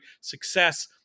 success